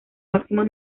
máximos